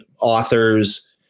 authors